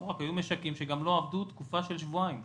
היו משקים שלא עבדו למשך תקופה של שבועיים.